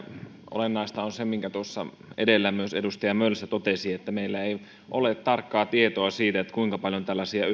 olennaista on se minkä edellä myös edustaja mölsä totesi että meillä ei ole tarkkaa tietoa siitä kuinka paljon tällaisia